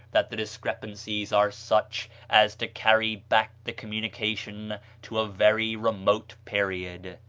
that the discrepancies are such as to carry back the communication to a very remote period.